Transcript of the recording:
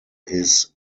his